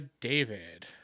David